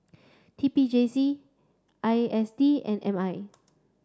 T P J C I S D and M I